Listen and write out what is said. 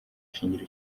shingiro